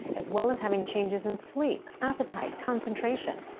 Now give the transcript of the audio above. as well as having changes in sleep, appetite, concentration,